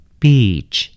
beach